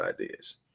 ideas